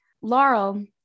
Laurel